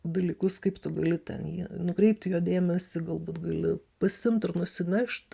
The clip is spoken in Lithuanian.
dalykus kaip tu gali ten jį nukreipti jo dėmesį galbūt gali pasiimt ir nusinešt